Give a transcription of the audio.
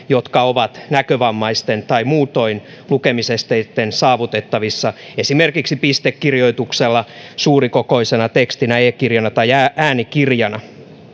jotka ovat näkövammaisten tai muutoin lukemisesteisten saavutettavissa esimerkiksi pistekirjoituksella suurikokoisena tekstinä e kirjana tai äänikirjana